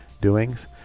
doings